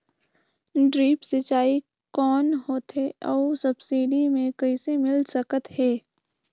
Drip सिंचाई कौन होथे अउ सब्सिडी मे कइसे मिल सकत हे?